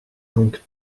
donc